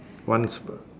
one sp~